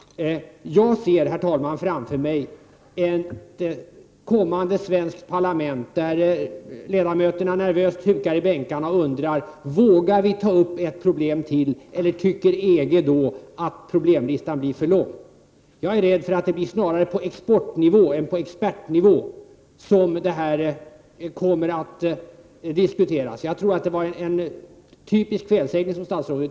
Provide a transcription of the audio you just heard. Jag ser framför mig ett framtida svenskt parlament där ledamöterna nervöst hukar i bänkarna och undrar om de vågar ta upp ett problem till eller om EG tycker att problemlistan blir för lång. Jag är rädd för att frågorna kommer att diskuteras på exportnivå snarare än på expertnivå. Jag tror att statsrådets felsägning var typiskt.